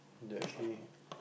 that actually